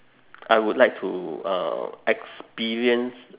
I would like to uh experience